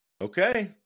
Okay